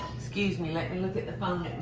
excuse me. let me look at the phone.